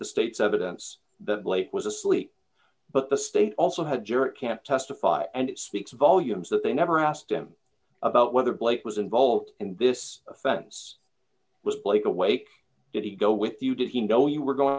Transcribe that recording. the state's evidence that blake was asleep but the state also had juror can't testify and it speaks volumes that they never asked him about whether blake was involved in this offense was blake awake did he go with you did he know you were going